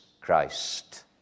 christ